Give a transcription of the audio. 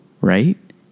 Right